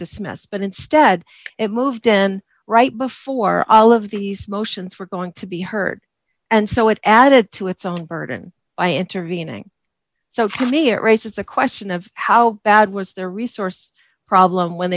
dismiss but instead it moved then right before all of these motions were going to be heard and so it added to its own burden by intervening so for me it raises the question of how bad was the resource problem when